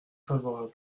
favorable